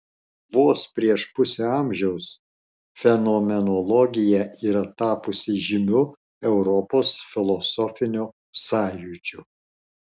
vos prieš pusę amžiaus fenomenologija yra tapusi žymiu europos filosofiniu sąjūdžiu